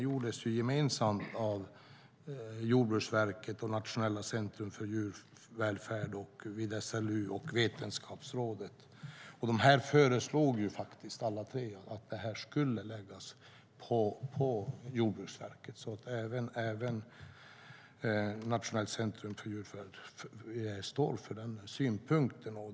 Jordbruksverket, Nationellt centrum för djurvälfärd vid SLU och Vetenskapsrådet gjorde en utredning gemensamt och föreslog att det här skulle läggas på Jordbruksverket. Även Nationellt centrum för djurvälfärd står alltså för den synpunkten.